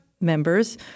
members